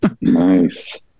Nice